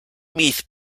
meath